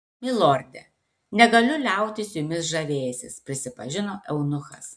milorde negaliu liautis jumis žavėjęsis prisipažino eunuchas